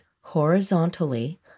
horizontally